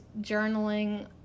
journaling